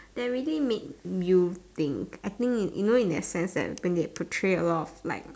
they really made you think I think you know in that sense like they portray a lot like